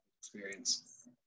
experience